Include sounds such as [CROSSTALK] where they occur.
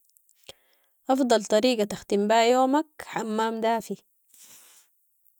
افضل طريقة تختم بيها يومك، حمام دافي. [NOISE]